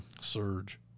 Surge